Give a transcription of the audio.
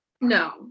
No